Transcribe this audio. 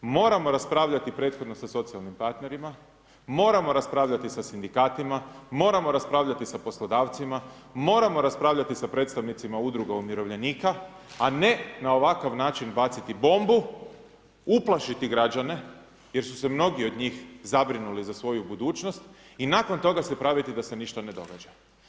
Moramo raspravljati prethodno sa socijalnim partnerima, moramo raspravljati sa sindikatima, moramo raspravljati sa poslodavcima, moramo raspravljati sa predstavnicima udruge umirovljenika, a ne na ovakav način baciti bombu, uplašiti građane jer su se mnogi od njih zabrinuli za svoju budućnost i nakon toga se praviti da se ništa ne događa.